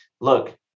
Look